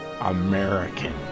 American